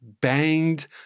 banged